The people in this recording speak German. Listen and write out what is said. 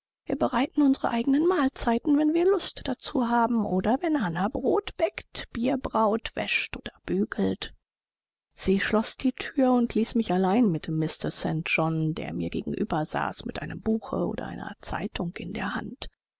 wir bereiten unsere eigenen mahlzeiten wenn wir lust dazu haben oder wenn hannah brot bäckt bier braut wäscht oder bügelt sie schloß die thür und ließ mich allein mit mr st john der mir gegenüber saß mit einem buche oder einer zeitung in der hand